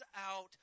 out